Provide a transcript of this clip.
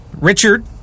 Richard